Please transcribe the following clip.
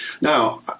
Now